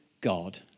God